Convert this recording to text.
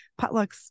potlucks